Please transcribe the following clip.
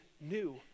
new